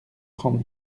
trente